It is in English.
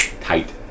tight